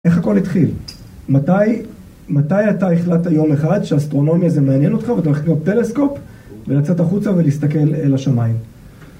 איך הכל התחיל? מתי אתה החלטת יום אחד שהאסטרונומיה זה מעניין אותך ואתה הולך לקנות טלסקופ ולצאת החוצה ולהסתכל אל השמיים?